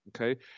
Okay